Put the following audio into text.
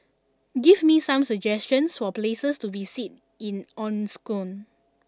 give me some suggestions for places to visit in Asuncion